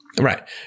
Right